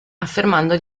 affermando